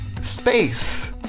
space